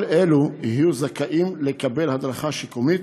כל אלו יהיו זכאים לקבל הדרכה שיקומית